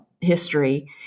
history